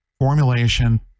formulation